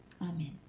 Amen